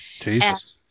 Jesus